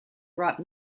brought